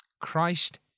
Christ